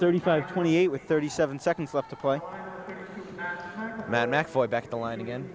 thirty five twenty eight with thirty seven seconds left to play